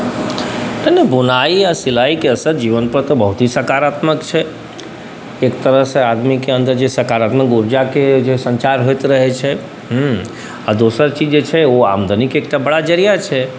नहि बुनाइ आओर सिलाइके असरि जीवनपर तऽ बहुत ही सकारात्मक छै एक तरहसँ आदमीके अन्दर जे सकारात्मक उर्जाके जे सञ्चार होइत रहै छै हुँ आओर दोसर चीज जे छै ओ आमदनीके एकटा बड़ा जरिआ छै